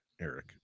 Eric